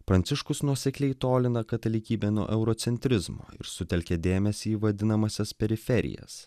pranciškus nuosekliai tolina katalikybę nuo eurocentrizmo ir sutelkė dėmesį į vadinamąsias periferijas